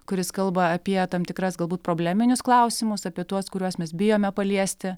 kuris kalba apie tam tikras galbūt probleminius klausimus apie tuos kuriuos mes bijome paliesti